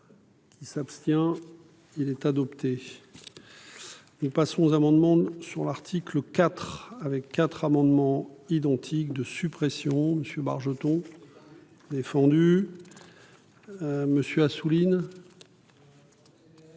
Il s'abstient. Il est adopté. Nous passons aux amendements sur l'article IV avec quatre amendements identiques de suppression monsieur Bargeton. Défendu. Monsieur Assouline.